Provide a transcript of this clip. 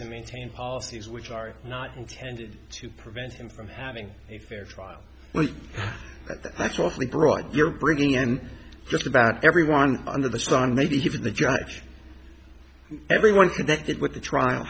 and maintain policies which are not intended to prevent him from having a fair trial well that's awfully broad you're bringing in just about everyone under the sun maybe even the judge everyone that did with the trial